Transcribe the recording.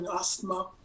asthma